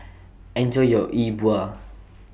Enjoy your E Bua